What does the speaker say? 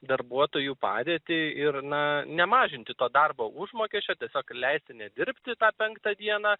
darbuotojų padėtį ir na nemažinti to darbo užmokesčio tiesiog leisti nedirbti tą penktą dieną